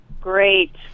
Great